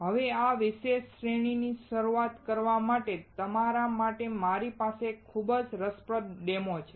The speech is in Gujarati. હવે આ વિશિષ્ટ શ્રેણી ની શરૂઆત કરવા માટે તમારા માટે મારી પાસે ખૂબ જ રસપ્રદ ડેમો છે